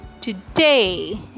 today